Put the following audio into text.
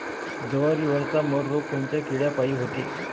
जवारीवरचा मर रोग कोनच्या किड्यापायी होते?